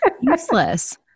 useless